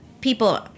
people